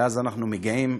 ואז אנחנו מגיעים,